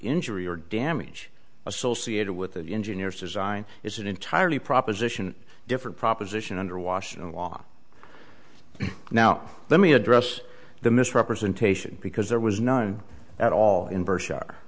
injury or damage associated with the engineers design is an entirely proposition different proposition under washington law now let me address the misrepresentation because there was none at all in